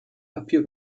papier